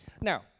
Now